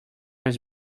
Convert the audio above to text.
his